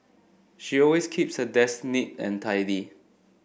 she always keeps her desk neat and tidy